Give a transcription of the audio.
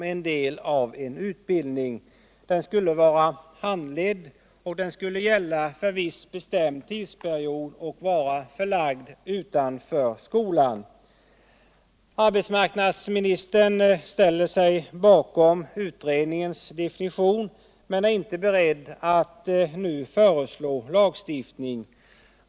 — den skall vara handledd Arbetsmarknadsministern ställer sig bakom utredningens definition men är inte beredd att nu föreslå lagstiftning.